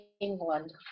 England